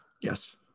Yes